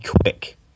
quick